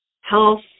Health